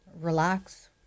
relax